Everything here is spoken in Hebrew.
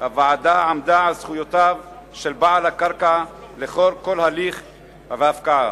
הוועדה עמדה על זכויותיו של בעל הקרקע לאורך כל הליך ההפקעה.